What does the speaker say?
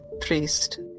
priest